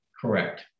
Correct